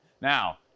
Now